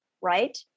right